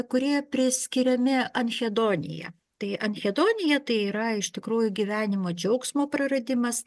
kurie priskiriami anhedonija tai anhedonija tai yra iš tikrųjų gyvenimo džiaugsmo praradimas